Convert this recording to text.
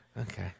Okay